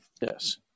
Yes